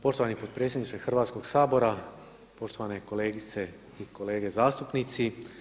Poštovani potpredsjedniče Hrvatskog sabora, poštovane kolegice i kolege zastupnici.